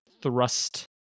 thrust